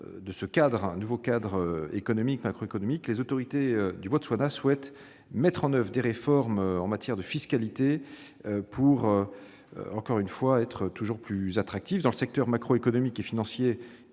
Dans ce nouveau cadre économique, les autorités du Botswana souhaitent mettre en oeuvre des réformes en matière de fiscalité pour, encore une fois, rendre le pays plus attractif. Dans le secteur macroéconomique et financier,